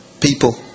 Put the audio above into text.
people